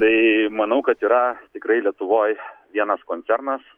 tai manau kad yra tikrai lietuvoj vienas koncernas